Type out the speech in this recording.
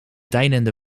deinende